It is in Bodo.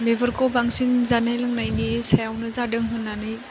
बेफोरखौ बांसिन जानाय लोंनायनि सायावनो जादों होन्नानै